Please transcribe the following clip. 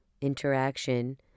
interaction